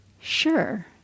sure